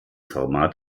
format